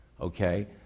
Okay